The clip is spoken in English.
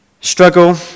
struggle